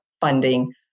funding